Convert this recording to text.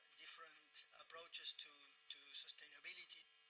different approaches to to sustainability.